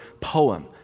poem